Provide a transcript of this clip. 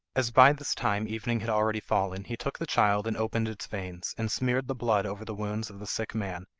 as by this time evening had already fallen he took the child and opened its veins, and smeared the blood over the wounds of the sick man,